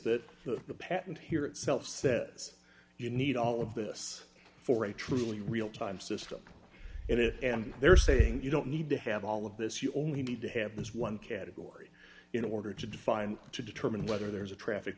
that the patent here itself says you need all of this for a truly real time system in it and they're saying you don't need to have all of this you only need to have this one category in order to define to determine whether there's a traffic